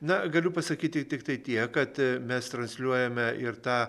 na galiu pasakyti tiktai tiek kad mes transliuojame ir tą